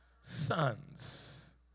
sons